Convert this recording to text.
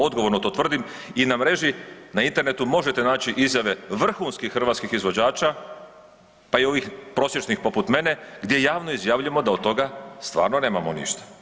Odgovorno to tvrdim i na mreži, na Internetu možete naći izjave vrhunskih hrvatskih izvođača, pa i ovih prosječnih poput mene gdje javno izjavljujemo da od toga stvarno nemamo ništa.